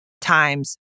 times